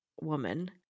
woman